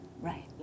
Right